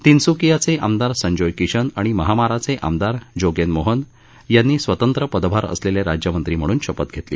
तिनसुकीयाचे आमदार संजोय किशन आणि महामाराचे आमदार जोगेन मोहन यांनी स्वतंत्र पदभार असलेले राज्यमंत्री म्हणून शपथ घेतली